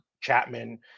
Chapman